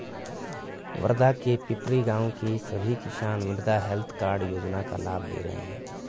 वर्धा के पिपरी गाँव के सभी किसान मृदा हैल्थ कार्ड योजना का लाभ ले रहे हैं